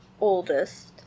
oldest